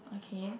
okay